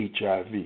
HIV